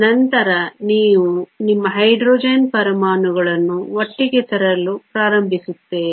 ನಂತರ ನೀವು ನಿಮ್ಮ ಹೈಡ್ರೋಜನ್ ಪರಮಾಣುಗಳನ್ನು ಒಟ್ಟಿಗೆ ತರಲು ಪ್ರಾರಂಭಿಸುತ್ತೀರಿ